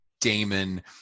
Damon